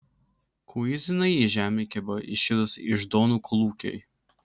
kuizinai į žemę kibo iširus iždonų kolūkiui